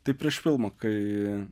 tai prieš filmą kai